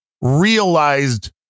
realized